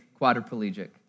quadriplegic